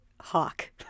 hawk